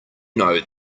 know